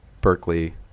Berkeley